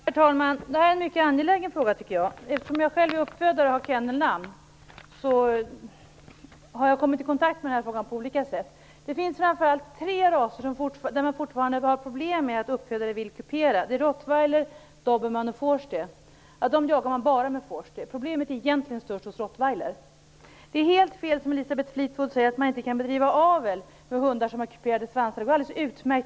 Herr talman! Jag tycker att detta är en mycket angelägen fråga. Eftersom jag själv är uppfödare och har kennelnamn har jag kommit i kontakt med den här frågan på olika sätt. Det finns framför allt tre raser där man fortfarande har problem med att uppfödare vill kupera svansar. Det är rottweiler, dobermann och vorsteh. Av dessa jagar man bara med vorsteh. Problemet är egentligen störst hos rottweiler. Det är helt fel när Elisabeth Fleetwood säger att man inte kan bedriva avel med hundar som har kuperade svansar. Det går alldeles utmärkt!